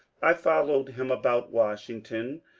i fol lowed him about washington,